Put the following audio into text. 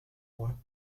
moi